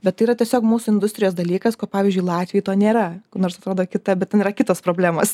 bet yra tiesiog mūsų industrijos dalykas ko pavyzdžiui latvijoj to nėra nors atrodo kita bet ten yra kitos problemos